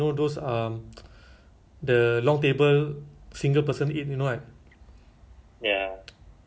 so nobody can meet their friends to eat [what] so they just have to eat cepat-cepat makan then ba~ then just balik class ah